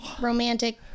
romantic